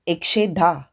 एकशे धा